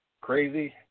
crazy